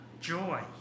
joy